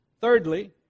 Thirdly